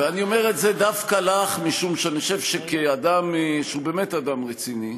ואני אומר את זה דווקא לך משום שאני חושב שכאדם שהוא באמת אדם רציני,